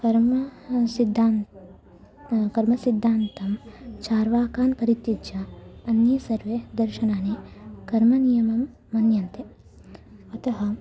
कर्म सिद्धान्तं कर्मसिद्धान्तं चार्वाकान् परित्यज्य अन्ये सर्वे दर्शनानि कर्मनियमं मन्यन्ते अतः